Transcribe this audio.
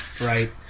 Right